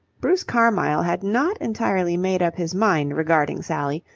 bruce carmyle had not entirely made up his mind regarding sally,